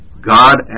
God